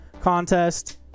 contest